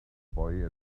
boy